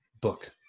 book